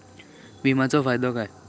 विमाचो फायदो काय?